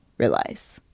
Realize